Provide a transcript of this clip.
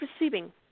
receiving